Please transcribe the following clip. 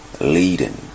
leading